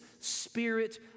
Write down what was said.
spirit